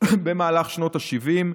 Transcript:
במהלך שנות השבעים.